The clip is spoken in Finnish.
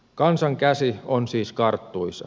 kansan käsi on siis karttuisa